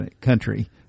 country